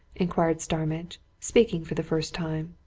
inquired starmidge, speaking for the first time.